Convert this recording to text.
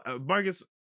marcus